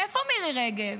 איפה מירי רגב?